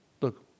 look